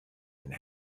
and